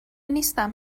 نیستم